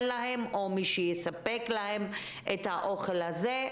עבורם או מי שיספק להם את האוכל הזה הוא מאוד קטן.